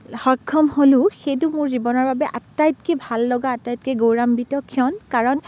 সক্ষম হ'লোঁ সেইটো মোৰ জীৱনৰ বাবে আটাইতকৈ ভাললগা আটাইতকৈ গৌৰাম্বিত ক্ষণ কাৰণ